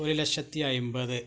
ഒരു ലക്ഷത്തി അന്പത്